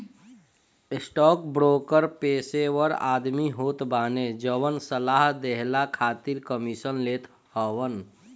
stockbroker पेशेवर आदमी होत बाने जवन सलाह देहला खातिर कमीशन लेत हवन